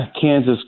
Kansas